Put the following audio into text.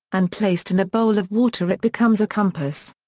and placed in a bowl of water it becomes a compass.